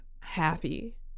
happy